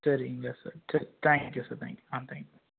சரிங்க சார் சரி thank you sir thank you ah thank you